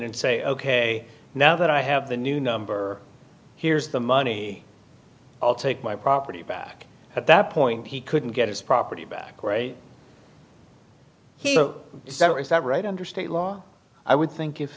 and say ok now that i have the new number here's the money i'll take my property back at that point he couldn't get his property back right here so severance that right under state law i would think if